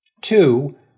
Two